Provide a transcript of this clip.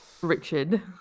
Richard